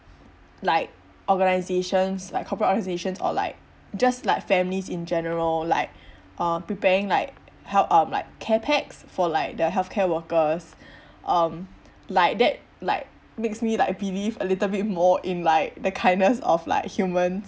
like organizations like corporate organizations or like just like families in general like uh preparing like help um like care packs for like the health care workers um like that like makes me like believe a little bit more in like the kindness of like humans